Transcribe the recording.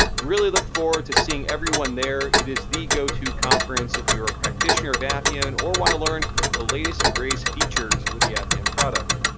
really look forward to seeing everyone there. it is the go-to conference if you're a practitioner of appian or wanna learn the latest and greatest features with the appian product.